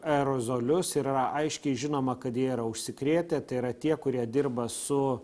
aerozolius yra aiškiai žinoma kad jie yra užsikrėtę tai yra tie kurie dirba su